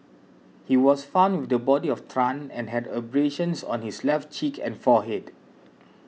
he was found with the body of Tran and had abrasions on his left cheek and forehead